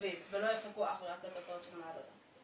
מסביב ולא יחכו רק לתוצאות המעבדה.